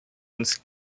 uns